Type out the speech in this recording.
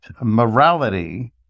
morality